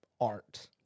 art